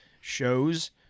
shows